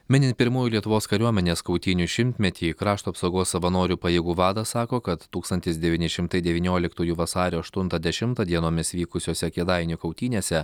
minint pirmųjų lietuvos kariuomenės kautynių šimtmetį krašto apsaugos savanorių pajėgų vadas sako kad tūkstantis devyni šimtai devynioliktųjų vasario aštuntą dešimtą dienomis vykusiose kėdainių kautynėse